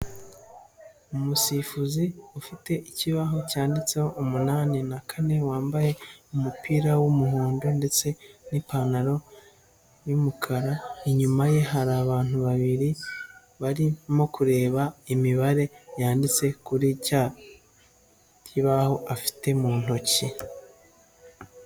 Umusifuzi ufite ikibaho cyanditseho umunani na kane, wambaye umupira w'umuhondo ndetse n'ipantaro y'umukara, inyuma ye hari abantu babiri barimo kureba imibare yanditse kuri cya kibaho afite mu ntoki.